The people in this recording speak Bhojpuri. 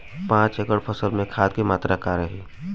पाँच एकड़ फसल में खाद के मात्रा का रही?